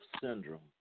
syndrome